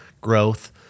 growth